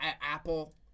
apple